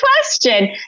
question